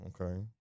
okay